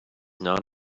not